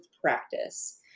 practice